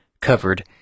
covered